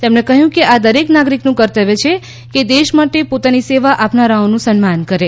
તેમણે કહયું કે આ દરેક નાગરીકનું કર્તવ્ય છે કે દેશ માટે પોતાની સેવા આપનારાઓનું સન્માન કરે